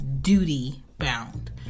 duty-bound